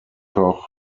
koch